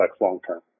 long-term